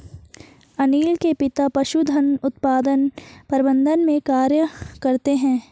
अनील के पिता पशुधन उत्पादन प्रबंधन में कार्य करते है